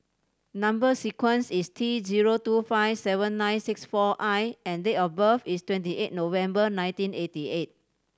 number sequence is T zero two five seven nine six four I and date of birth is twenty eight November nineteen eighty eight